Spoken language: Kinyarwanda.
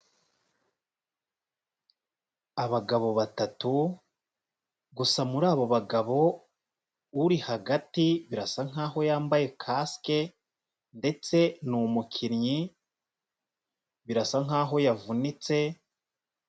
Abagabo batatu gusa muri abo bagabo, uri hagati birasa nkaho yambaye kasike, ndetse ni umukinnyi, birasa nkaho yavunitse...